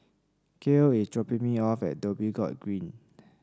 Kael is dropping me off at Dhoby Ghaut Green